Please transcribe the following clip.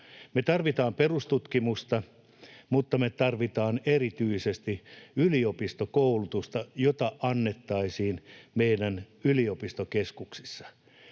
Me tarvitaan perustutkimusta, mutta me tarvitaan erityisesti yliopistokoulutusta, jota annettaisiin meidän yliopistokeskuksissa.